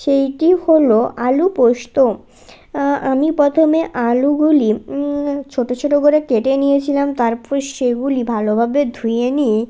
সেইটি হল আলু পোস্ত আমি প্রথমে আলুগুলি ছোট ছোট করে কেটে নিয়েছিলাম তারপরে সেগুলি ভালোভাবে ধুয়ে নিয়ে